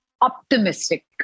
optimistic